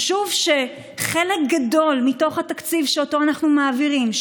חשוב שחלק גדול מתוך התקציב שאותו אנחנו מעבירים,